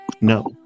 No